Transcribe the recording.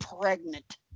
pregnant